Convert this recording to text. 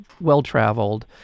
well-traveled